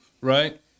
right